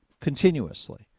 continuously